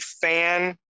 fan